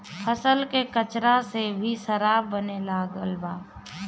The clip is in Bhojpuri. फसल के कचरा से भी शराब बने लागल बा